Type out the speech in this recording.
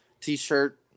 T-shirt